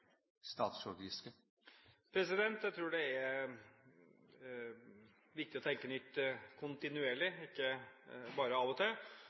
Jeg tror det er viktig å tenke nytt kontinuerlig, ikke bare av og til.